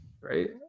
Right